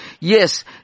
Yes